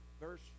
verse